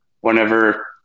Whenever